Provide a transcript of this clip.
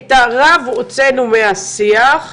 את הרב הוצאנו מהשיח,